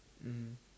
mm